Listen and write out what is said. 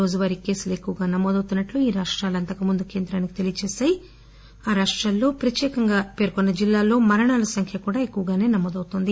రోజువారీ కేసులు ఎక్కువగా నమోదవుతున్నట్లు ఈ రాష్ట్రాలు తెలియచేశాయి ఆ రాష్టాల్లో ప్రత్యేక గా పేర్కొన్న జిల్లాలో మరణాల సంఖ్య కూడా ఎక్కువగాసే నమోదవుతోంది